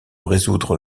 résoudre